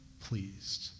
pleased